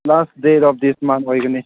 last day of this month ꯑꯣꯏꯒꯅꯤ